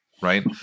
right